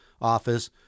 office